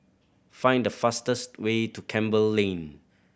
find the fastest way to Campbell Lane